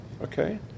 Okay